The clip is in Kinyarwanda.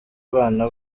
abana